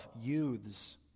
Youths